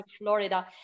Florida